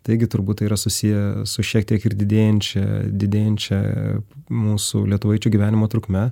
taigi turbūt tai yra susiję su šiek tiek ir didėjančia didėjančia mūsų lietuvaičių gyvenimo trukme